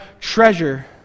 treasure